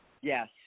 yes